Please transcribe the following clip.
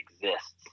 exists